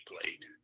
played